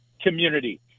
community